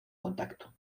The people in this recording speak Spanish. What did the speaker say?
contacto